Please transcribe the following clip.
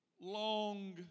long